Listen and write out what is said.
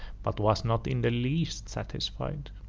but was not in the least satisfied.